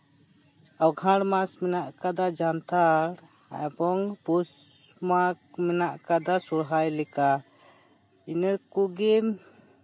ᱟᱸᱜᱷᱟᱬ ᱢᱟᱥ ᱢᱮᱱᱟᱜ ᱟᱠᱟᱫᱟ ᱡᱟᱱᱛᱷᱟᱲ ᱮᱵᱚᱝ ᱯᱳᱥ ᱢᱟᱜᱽ ᱢᱮᱱᱟᱜ ᱟᱠᱟᱫᱟ ᱥᱚᱨᱦᱟᱭ ᱞᱮᱠᱟ ᱤᱱᱟᱹ ᱠᱚᱜᱮ